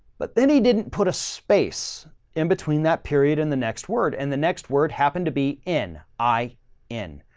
but then he didn't put a space in between that period and the next word and the next word happened to be in i in.